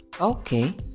Okay